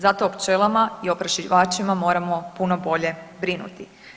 Zato o pčelama i oprašivačima moramo puno bolje brinuti.